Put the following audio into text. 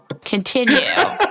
Continue